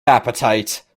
appetite